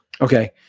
Okay